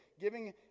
giving